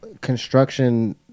construction